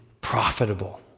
profitable